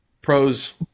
pros